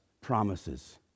promises